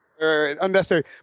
Unnecessary